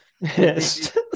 Yes